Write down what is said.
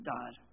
God